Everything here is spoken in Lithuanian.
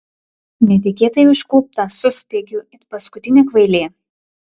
netikėtai užklupta suspiegiu it paskutinė kvailė